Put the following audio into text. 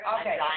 Okay